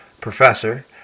professor